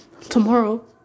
tomorrow